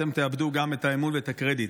אתם תאבדו גם את האמון ואת הקרדיט.